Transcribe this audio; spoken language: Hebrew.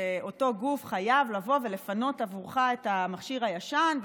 שאותו גוף חייב לבוא ולפנות בעבורך את המכשיר הישן,